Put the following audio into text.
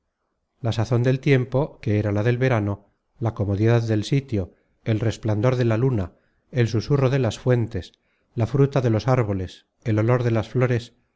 la sazon del tiempo que era la del verano la comodidad del sitio el resplandor de la luna el susurro de las fuentes la fruta de los árboles el olor de las flores